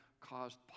caused